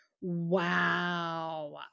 wow